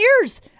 years